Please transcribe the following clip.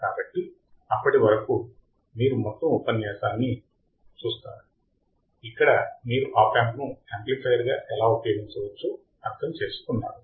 కాబట్టి అప్పటి వరకు మీరు మొత్తం ఉపన్యాసాన్ని చూస్తారు ఇక్కడ మీరు ఆప్ యాంప్ ను యాంప్లిఫైయర్గా ఎలా ఉపయోగించవచ్చో అర్థం చేసుకున్నారు